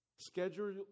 Schedule